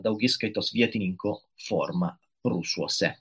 daugiskaitos vietininko forma prūsuose